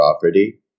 property